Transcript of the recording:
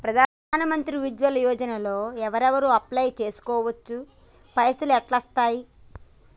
ప్రధాన మంత్రి ఉజ్వల్ యోజన లో ఎవరెవరు అప్లయ్ చేస్కోవచ్చు? పైసల్ ఎట్లస్తయి?